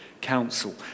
council